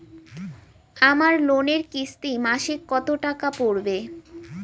আমার লোনের কিস্তি মাসিক কত টাকা পড়বে?